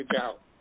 out